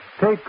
take